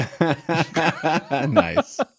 Nice